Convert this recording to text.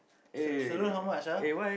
sal~ salon how much ah